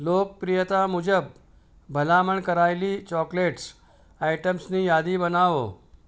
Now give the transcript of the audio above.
લોકપ્રિયતા મુજબ ભલામણ કરાયેલી ચોકલેટ્સ આઇટમ્સની યાદી બનાવો